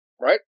right